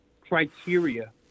criteria